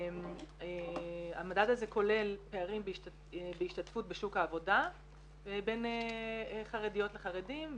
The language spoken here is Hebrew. המדד הזה כולל פערים בהשתתפות בשוק העבודה בין חרדיות לחרדים,